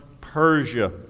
Persia